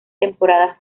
temporadas